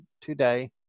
today